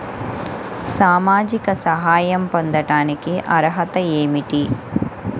సామాజిక సహాయం పొందటానికి అర్హత ఏమిటి?